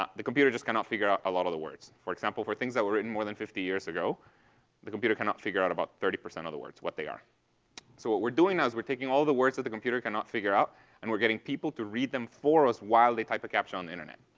um the computer just cannot figure out a lot of the words. for example, for things that were written more than fifty years ago the computer cannot figure out about thirty percent of the words, what they are. so what we're doing is we're taking all the words that the computer cannot figure out and we're getting people to read them for us while they type a captcha on the internet.